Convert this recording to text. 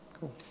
Cool